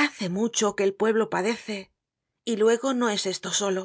hace mucho tiempo que el pueblo padece y luego no es esto solo